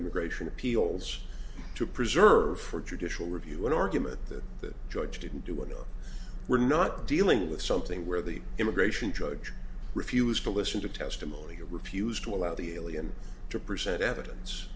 immigration appeals to preserve for judicial review an argument that the judge didn't do enough we're not dealing with something where the immigration judge refused to listen to testimony or refused to allow the elian to present evidence